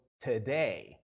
today